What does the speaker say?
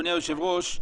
אדוני היושב-ראש,